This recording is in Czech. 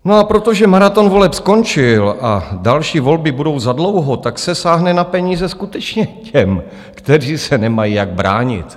No a protože maraton voleb skončil a další volby budou za dlouho, tak se sáhne na peníze skutečně těm, kteří se nemají jak bránit.